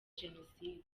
jenoside